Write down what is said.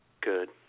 Good